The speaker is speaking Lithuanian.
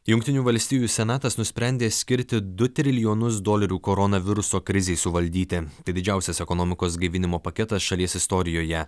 jungtinių valstijų senatas nusprendė skirti du trilijonus dolerių koronaviruso krizei suvaldyti tai didžiausias ekonomikos gaivinimo paketas šalies istorijoje